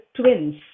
twins